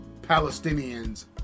Palestinians